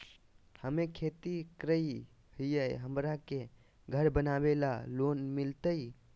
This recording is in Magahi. हमे खेती करई हियई, हमरा के घर बनावे ल लोन मिलतई?